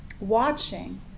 watching